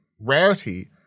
rarity